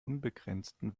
unbegrenzten